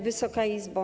Wysoka Izbo!